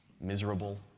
miserable